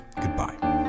goodbye